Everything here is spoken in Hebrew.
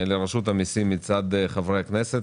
לרשות המסים מצד חברי הכנסת,